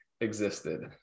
existed